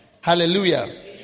Hallelujah